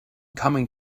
coming